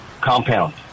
compound